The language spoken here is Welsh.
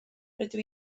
rydw